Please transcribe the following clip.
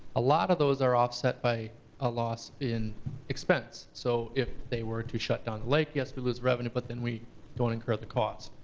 a lot of those are offset by a loss in expense. so if they were to shut down the lake, yes we lose revenue, but then we don't incur the cost.